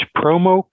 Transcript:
promo